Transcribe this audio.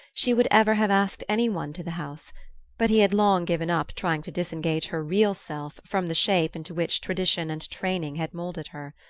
she would ever have asked any one to the house but he had long given up trying to disengage her real self from the shape into which tradition and training had moulded her.